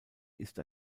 ist